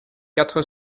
quatre